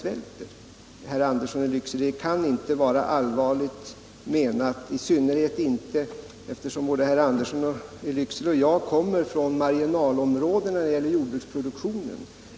Det kan inte vara allvarligt menat av herr Andersson i Lycksele, i synnerhet inte som herr Andersson liksom jag kommer från marginalområden när det gäller jordbruksproduktionen.